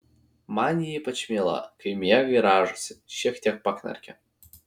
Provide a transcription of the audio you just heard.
man ji ypač miela kai miega ir rąžosi šiek tiek paknarkia